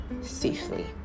safely